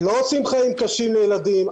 לא עושים חיים קשים לילדים,